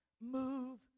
move